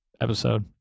episode